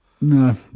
No